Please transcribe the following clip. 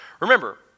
Remember